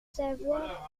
savoir